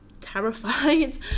terrified